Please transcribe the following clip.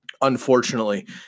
unfortunately